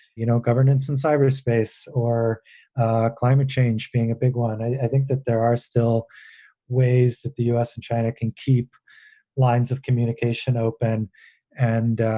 you know, governance in cyberspace or climate change being a big one. i think that there are still ways that the u s. and china can keep lines of communication open and,